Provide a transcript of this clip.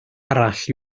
arall